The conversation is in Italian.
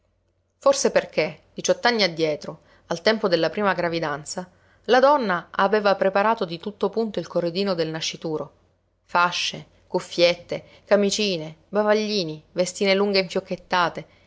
forse perché diciott'anni addietro al tempo della prima gravidanza la donna aveva preparato di tutto punto il corredino del nascituro fasce cuffiette camicine bavaglini vestine lunghe infiocchettate